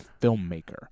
filmmaker